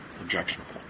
objectionable